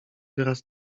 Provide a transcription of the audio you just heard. wyraz